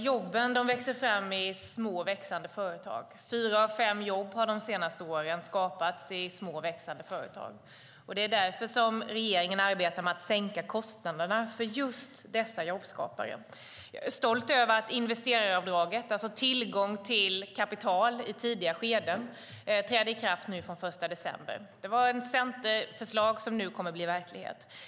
Herr talman! Jobben skapas i små och växande företag. Fyra av fem jobb de senaste åren har skapats i små och växande företag. Det är därför som regeringen arbetar med att sänka kostnaderna för just dessa jobbskapare. Jag är stolt över att investeraravdraget, tillgång till kapital i tidiga skeden, träder i kraft den 1 december. Det var ett centerförslag som nu blir verklighet.